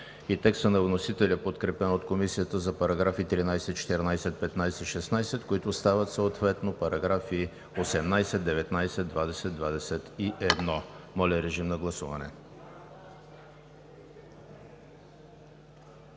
текста на вносителя, подкрепен от Комисията за параграфи 13, 14, 15 и 16, които стават съответно параграфи 18, 19, 20, 21. Гласували